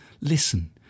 Listen